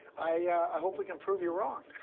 i hope we can prove you're wrong.